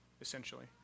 Essentially